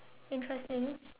interesting